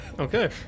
Okay